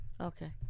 Okay